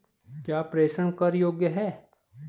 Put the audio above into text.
क्या प्रेषण कर योग्य हैं?